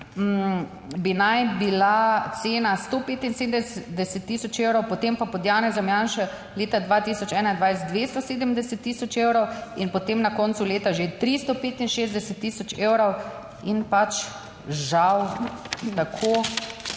bi naj bila cena 175 tisoč evrov, potem pa pod Janezom Janšo leta 2021 270 tisoč evrov in potem na koncu leta že 365 tisoč evrov in pač žal tako,